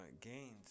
gains